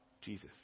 Jesus